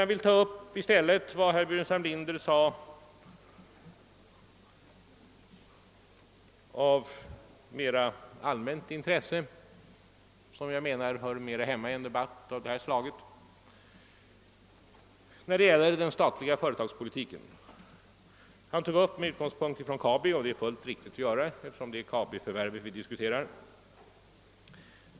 I stället vill jag ta upp herr Burenstam Linders yttranden av mera allmänt intresse som enligt min mening mer hör hemma i en debatt om den statliga företagspolitiken. Med utgångspunkt från Kabi tog han upp vissa värderingsfrågor, och det är helt riktigt eftersom det är Kabi-förvärvet vi diskuterar.